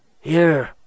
Here